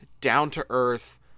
down-to-earth